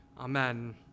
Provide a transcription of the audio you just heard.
Amen